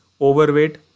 overweight